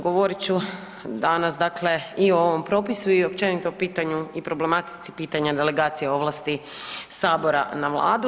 Govorit ću danas, dakle i o ovom propisu i općenito o pitanju i problematici pitanja delegacije ovlasti sabora na vladu.